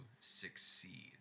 succeed